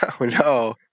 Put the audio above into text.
no